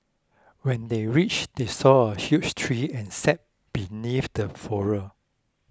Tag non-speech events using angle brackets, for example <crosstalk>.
when they reached they saw a huge tree and sat beneath the <unintelligible>